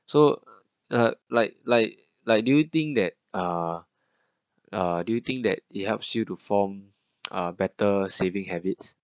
so uh like like like do you think that uh do you think that it helps you to form a better saving habits